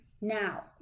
now